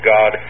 God